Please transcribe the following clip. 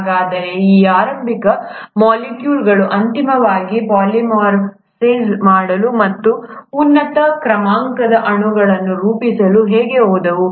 ಹಾಗಾದರೆ ಈ ಅಬಿಯೋಟಿಕ್ ಮಾಲಿಕ್ಯೂಲ್ಗಳು ಅಂತಿಮವಾಗಿ ಪಾಲಿಮರೈಸ್ ಮಾಡಲು ಮತ್ತು ಉನ್ನತ ಕ್ರಮಾಂಕದ ಅಣುಗಳನ್ನು ರೂಪಿಸಲು ಹೇಗೆ ಹೋದವು